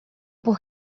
por